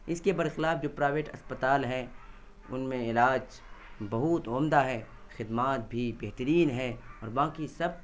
اس کے برخلاف جو پرائیوٹ اسپتال ہیں ان میں علاج بہت عمدہ ہے خدمات بھی بہترین ہیں اور باقی سب